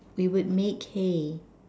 we would make hay